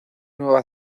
nueva